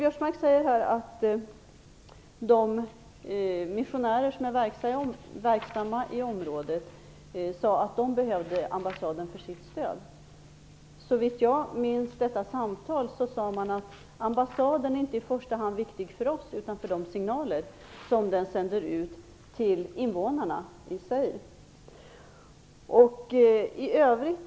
Biörsmark säger att de missionärer som är verksamma i området menar att de behöver ambassaden för att få stöd. Såvitt jag minns detta samtal sade man att ambassaden inte i första hand är viktig för dem utan genom de signaler som den sänder ut till invånarna i Zaire.